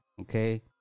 okay